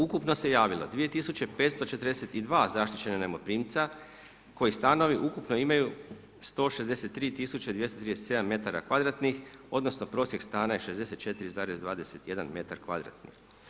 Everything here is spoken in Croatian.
Ukupno se javilo 2542 zaštićena najmoprimca koji stanovi ukupno imaju 163237 metara kvadratnih, odnosno prosjek stana je 64,21 metar kvadratni.